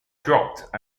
dropped